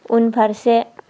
उनफारसे